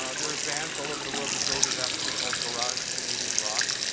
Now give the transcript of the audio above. ah there are bands all over the world who go to that what they call garage canadian rock.